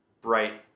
bright